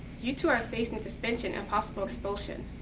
you two are facing suspension and possible expulsion.